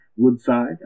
Woodside